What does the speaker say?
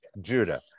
Judah